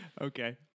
okay